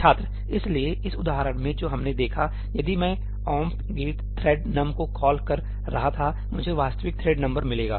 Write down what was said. छात्रइसलिए इस उदाहरण में जो हमने देखा यदि मैं omp get thread num को कॉल कर रहा था मुझे वास्तविक थ्रेड नंबर मिलेगा